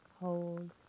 hold